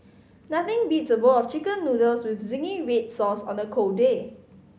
nothing beats a bowl of Chicken Noodles with zingy red sauce on a cold day